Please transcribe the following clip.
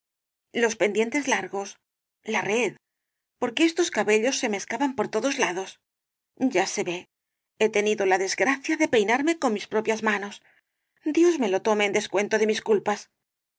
los pendientes largos la red porque estos cabellos se me escapan por todos lados ya se ve h e tenido la desgracia de peinarme con mis propias manos dios me lo tome en descuento de mis culpas